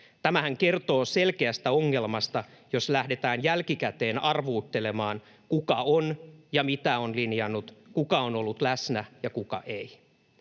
Tämähän kertoo selkeästä ongelmasta, jos lähdetään jälkikäteen arvuuttelemaan, kuka on linjannut ja mitä, kuka on ollut läsnä ja kuka ei.